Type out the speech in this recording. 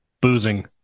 boozing